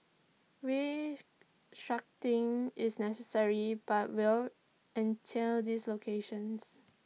is necessary but will entail dislocations